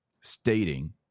stating